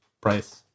price